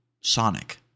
Sonic